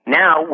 now